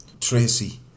Tracy